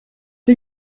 die